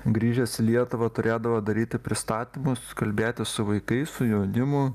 grįžęs į lietuvą turėdavo daryti pristatymus kalbėtis su vaikais su jaunimu